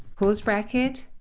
close bracket,